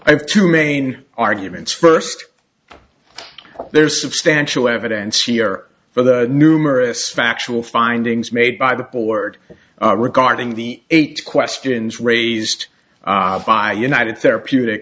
have two main arguments first there's substantial evidence here for the numerous factual findings made by the board regarding the eight questions raised by united therapeutic